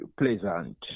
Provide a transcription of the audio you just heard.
pleasant